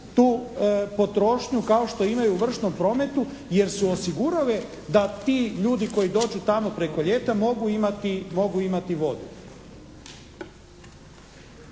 tu potrošnju kao što imaju u vršnom prometu jer su osigurale da ti ljudi koji dođu tamo preko ljeta mogu imati, mogu